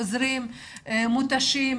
חוזרים מותשים,